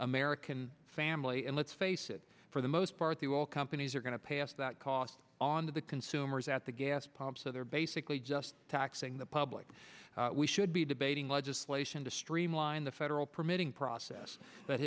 american family and let's face it for the most part the oil companies are going to pass that cost on to the consumers at the gas pump so they're basically just taxing the public we should be debating legislation to streamline the federal permitting process but